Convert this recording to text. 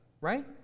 right